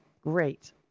great